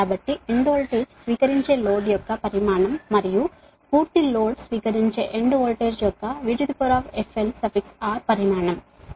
కాబట్టి end voltage స్వీకరించే load యొక్క మాగ్నిట్యూడ్ మరియు పూర్తి లోడ్ రిసీవింగ్ ఎండ్ వోల్టేజ్ యొక్క VRFL మాగ్నిట్యూడ్